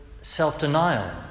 self-denial